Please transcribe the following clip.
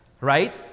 right